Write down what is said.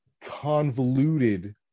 convoluted